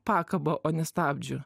pakaba o ne stabdžiu